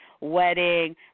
wedding